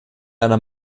einer